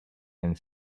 and